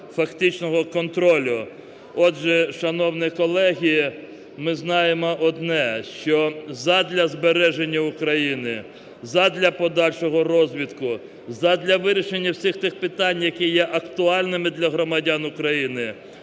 фактичного контролю. Отже, шановні колеги, ми знаємо одне, що задля збереження України, задля подальшого розвитку, задля вирішення всіх тих питань, які є актуальними для громадян України,